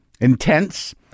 intense